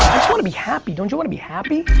just wanna be happy, don't you want to be happy?